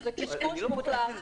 קשקוש מוחלט.